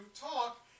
talk